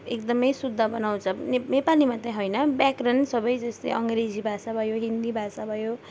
एकदमै शुद्ध बनाउँछ नेप नेपाली मात्रै होइन व्याकरण सबै जस्तै अङ्ग्रेजी भाषा भयो हिन्दी भाषा भयो